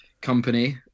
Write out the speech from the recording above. company